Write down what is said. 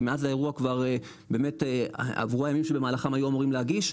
כי מאז האירוע באמת עברו הימים שבמהלכם היו אמורים להגיש,